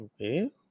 Okay